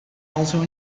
also